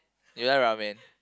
you like ramen